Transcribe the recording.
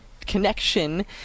connection